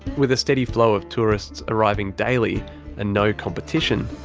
with a steady flow of tourists arriving daily and no competition,